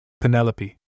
Penelope